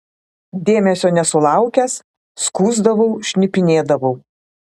dėmesio nesulaukęs skųsdavau šnipinėdavau